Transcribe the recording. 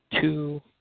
two